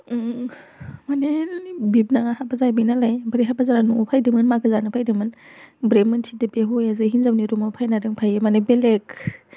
माने बिबोनाङा हाबा जाहैबाय नालाय ओमफ्राय हाबा जानानै न'आव फैदोंमोन मागो जानो फैदोंमोन ओमफ्राय मिथिदों बे हौवाया जे हिनजावनि रुमाव फैना दंफैयो माने बेलेग